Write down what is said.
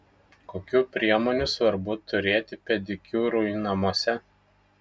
kokių priemonių svarbu turėti pedikiūrui namuose